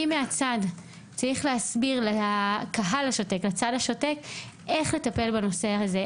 צריך להסביר לקהל השותק איך לטפל בנושא הזה,